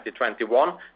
2021